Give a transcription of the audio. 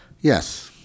Yes